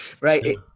right